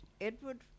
Edward